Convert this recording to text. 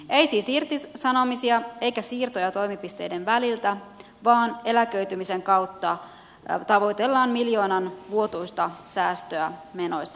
ei siis irtisanomisia eikä siirtoja toimipisteiden välillä vaan eläköitymisen kautta tavoitellaan miljoonan vuotuista säästöä menoissa